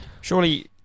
surely